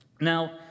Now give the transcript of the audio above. Now